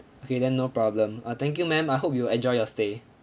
okay then no problem uh thank you ma'am I hope you will enjoy your stay